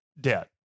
debt